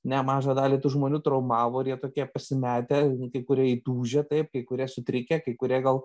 nemažą dalį tų žmonių traumavo ir jie tokie pasimetę kai kurie įtūžę taip kai kurie sutrikę kai kurie gal